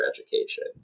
education